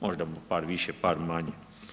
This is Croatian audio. Možda par više, par manje.